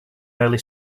early